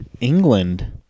England